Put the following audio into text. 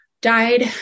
died